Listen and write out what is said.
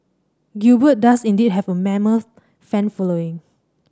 Gilbert does indeed have a mammoth fan following